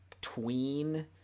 tween